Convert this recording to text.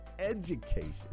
education